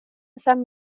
san